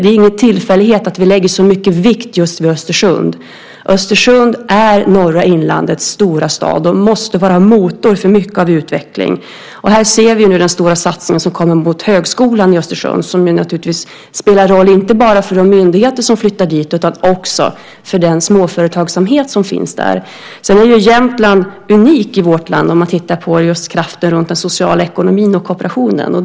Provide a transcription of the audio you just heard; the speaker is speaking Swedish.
Det är ingen tillfällighet att vi lägger så mycket vikt just vid Östersund. Östersund är norra inlandets stora stad och måste vara motor för mycket av utveckling. Här ser vi hur den stora satsning som kommer på högskolan i Östersund naturligtvis spelar roll, inte bara för de myndigheter som flyttar dit utan också för den småföretagsamhet som finns där. Sedan är ju Jämtland unikt i vårt land om man tittar på just kraften runt den sociala ekonomin och kooperationen.